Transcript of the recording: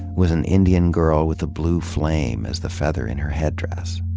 was an indian girl with a blue flame as the feather in her headdress.